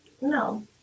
No